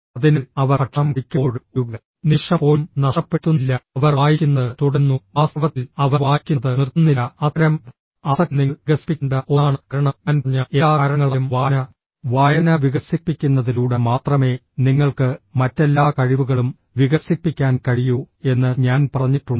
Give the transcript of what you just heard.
അതിനാൽ അവർ ഭക്ഷണം കഴിക്കുമ്പോഴും ഒരു നിമിഷം പോലും നഷ്ടപ്പെടുത്തുന്നില്ല അവർ വായിക്കുന്നത് തുടരുന്നു വാസ്തവത്തിൽ അവർ വായിക്കുന്നത് നിർത്തുന്നില്ല അത്തരം ആസക്തി നിങ്ങൾ വികസിപ്പിക്കേണ്ട ഒന്നാണ് കാരണം ഞാൻ പറഞ്ഞ എല്ലാ കാരണങ്ങളാലും വായന വായന വികസിപ്പിക്കുന്നതിലൂടെ മാത്രമേ നിങ്ങൾക്ക് മറ്റെല്ലാ കഴിവുകളും വികസിപ്പിക്കാൻ കഴിയൂ എന്ന് ഞാൻ പറഞ്ഞിട്ടുണ്ട്